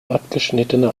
abgeschnittene